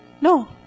No